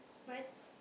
but